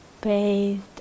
bathed